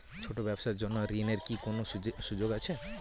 ছোট ব্যবসার জন্য ঋণ এর কি কোন সুযোগ আছে?